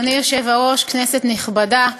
אדוני היושב-ראש, כנסת נכבדה,